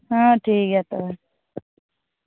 ᱦᱮᱸ ᱴᱷᱤᱠ ᱜᱮᱭᱟ ᱛᱚᱵᱮ